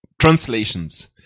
Translations